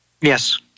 Yes